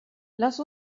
lass